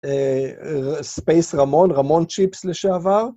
אה...ספייס רמון, רמון צ'יפס לשעבר.